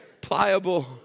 Pliable